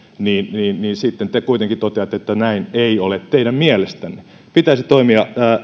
niin sitten te kuitenkin toteatte että näin ei ole teidän mielestänne pitäisi toimia